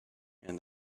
and